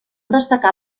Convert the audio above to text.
destacar